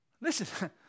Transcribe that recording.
Listen